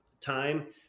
time